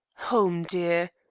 home, dear.